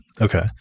Okay